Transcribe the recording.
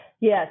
Yes